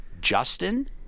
Justin